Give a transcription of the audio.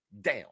down